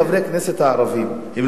חברי הכנסת הערבים,